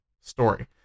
story